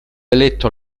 eletto